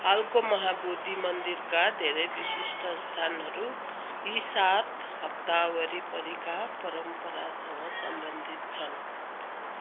हालको महाबोधि मन्दिरका धेरै विशिष्ट स्थानहरू यी सात हप्ता वरिपरिका परम्परासँग सम्बन्धित छन्